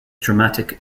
dramatic